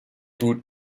butte